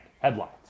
headlines